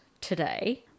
today